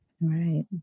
Right